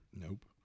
Nope